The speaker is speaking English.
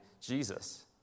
Jesus